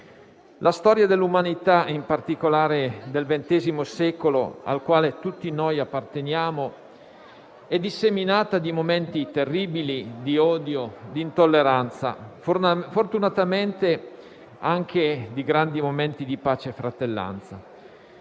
La storia dell'umanità, in particolare del ventesimo secolo, al quale tutti noi apparteniamo, è disseminata di momenti terribili di odio e di intolleranza e, fortunatamente, anche di grandi momenti di pace e di fratellanza.